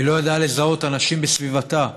והיא לא ידעה לזהות אנשים בסביבתה,